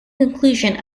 conclusion